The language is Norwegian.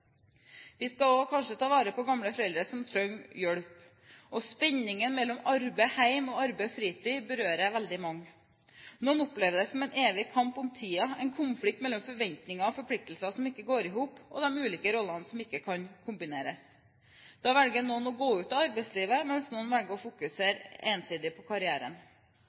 Vi skal også kanskje ta vare på gamle foreldre som trenger hjelp. Spenningen mellom arbeid og hjem og mellom arbeid og fritid berører veldig mange. Noen opplever det som en evig kamp om tiden, en konflikt mellom forventninger og forpliktelser som ikke går i hop, og mellom de ulike rollene som ikke kan kombineres. Da velger noen å gå ut av arbeidslivet, mens noen velger å fokusere ensidig på karrieren.